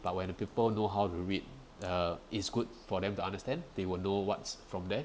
but when people know how to read uh it's good for them to understand they will know what's from there